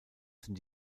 sind